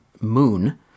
Moon